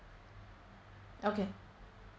okay